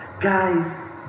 Guys